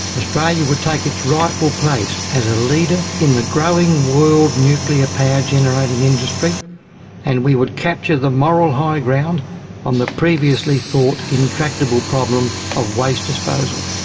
australia would take its rightful place as a leader in the growing world nuclear power generating industry and we would capture the moral high ground on the previously thought intractable problem of waste disposal.